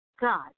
God